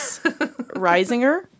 Risinger